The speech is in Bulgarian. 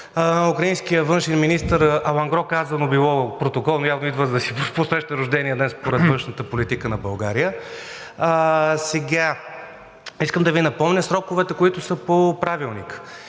украинския външен министър, „алангро“ казано, било протоколно – явно идва да си посреща рождения ден според външната политика на България. Сега искам да Ви напомня сроковете, които са по Правилника.